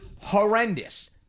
horrendous